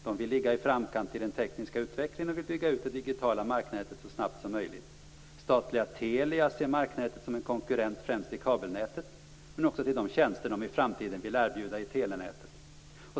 De vill ligga i framkant i den tekniska utvecklingen och vill bygga ut det digitala marknätet så snabbt som möjligt. Statliga Telia ser marknätet som en konkurrent främst till kabelnätet men också till de tjänster de i framtiden vill erbjuda i telenätet.